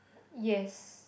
yes